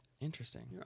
Interesting